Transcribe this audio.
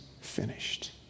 finished